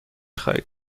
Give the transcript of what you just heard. خواهید